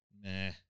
Nah